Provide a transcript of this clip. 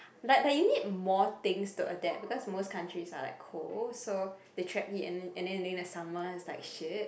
like like you need more things to adapt because most countries are like cold so they trap heat and then and then during the summer is like shit